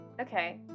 Okay